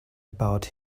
about